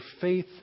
faith